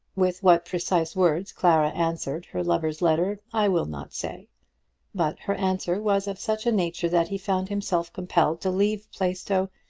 with what precise words clara answered her lover's letter i will not say but her answer was of such a nature that he found himself compelled to leave plaistow,